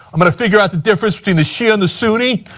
i'm going to figure out the difference between the shia and the sunni,